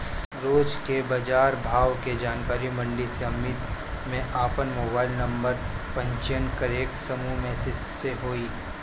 रोज के बाजार भाव के जानकारी मंडी समिति में आपन मोबाइल नंबर पंजीयन करके समूह मैसेज से होई?